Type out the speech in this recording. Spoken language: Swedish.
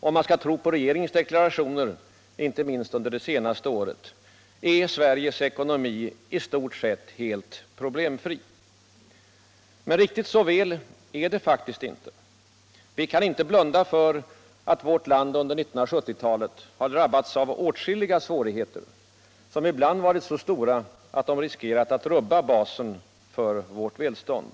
Om man skall tro på regeringens deklarationer —- inte minst under det senaste året — är Sveriges ekonomi i stort sett helt problemfri. Men riktigt så väl är det faktiskt inte. Vi kan inte blunda för att vårt land under 1970-talet har drabbats av åtskilliga svårigheter, som ibland har varit så stora att de riskerat att rubba basen för vårt välstånd.